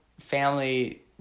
Family